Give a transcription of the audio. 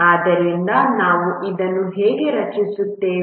ಆದ್ದರಿಂದ ನಾವು ಇದನ್ನು ಹೇಗೆ ರಚಿಸುತ್ತೇವೆ